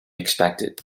expected